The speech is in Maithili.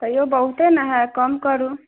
तैयो बहुते नऽ हइ कम करू